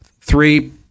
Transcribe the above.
three